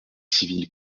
civile